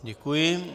Děkuji.